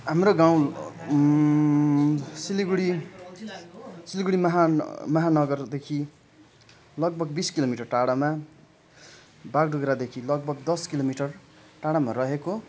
हाम्रो गाउँ सिलिगुडी महान् महानगरदेखि लगभग बिस किलो मिटर टाढामा बागडोग्रादेखि लगभग दस किलो मिटर टाढामा रहेको